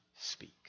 speak